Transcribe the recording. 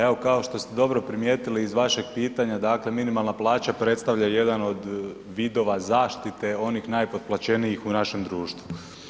Evo, kao što ste dobro primijetili, iz vašeg pitanja, dakle minimalna plaća predstavlja jedan od vidova zaštite onih najpotplaćenijih u našem društvu.